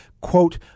quote